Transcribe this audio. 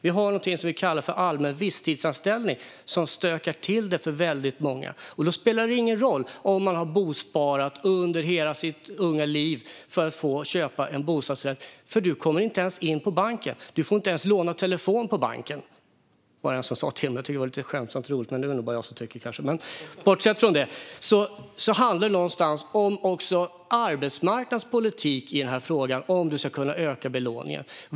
Vi har någonting som vi kallar för allmän visstidsanställning, som stökar till det för väldigt många. Då spelar det ingen roll om man har bosparat under hela sitt unga liv för att kunna köpa en bostadsrätt, för man kommer inte ens in på banken. Du får inte ens låna telefonen på banken, var det någon som sa. Jag tyckte att det var lite skämtsamt och roligt, men det var det kanske bara jag som tyckte. Det handlar alltså också om arbetsmarknadens politik i den här frågan om man ska kunna öka belåningen.